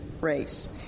race